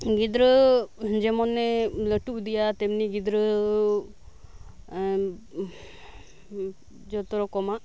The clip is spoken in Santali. ᱜᱤᱫᱽᱨᱟᱹ ᱡᱮᱢᱚᱱᱮ ᱞᱟᱴᱩ ᱤᱫᱤᱜᱼᱟ ᱛᱮᱢᱱᱤ ᱜᱤᱫᱽᱨᱟᱹ ᱡᱷᱚᱛᱚ ᱨᱚᱠᱚᱢᱟᱜ